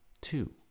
two